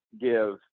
give